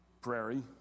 Prairie